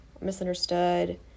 misunderstood